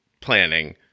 planning